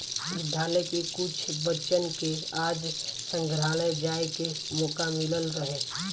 विद्यालय के कुछ बच्चन के आज संग्रहालय जाए के मोका मिलल रहे